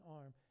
arm